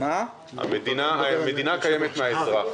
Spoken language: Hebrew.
המדינה קיימת מהאזרח